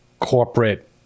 corporate